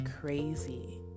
crazy